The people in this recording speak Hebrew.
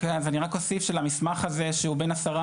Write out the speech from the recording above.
אני רק אוסיף שלמסמך הזה שהוא בן עשרה